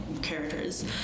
Characters